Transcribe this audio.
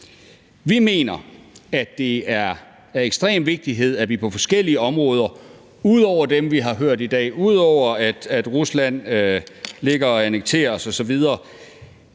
Vi mener, at det er af ekstrem vigtighed, at vi på forskellige områder ud over dem, vi har hørt om i dag – ud over at Rusland ligger og annekterer osv.